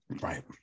Right